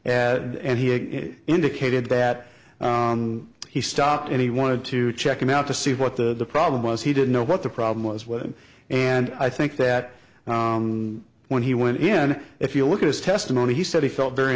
ad and he indicated that he stopped and he wanted to check him out to see what the problem was he didn't know what the problem was with him and i think that when he went in if you look at his testimony he said he felt very